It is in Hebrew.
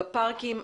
בפארקים,